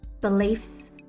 beliefs